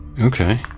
Okay